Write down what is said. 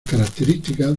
características